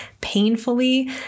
painfully